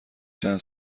چند